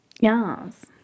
Yes